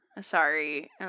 Sorry